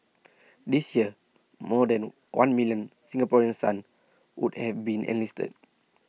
this year more than one million Singaporean sons would have been enlisted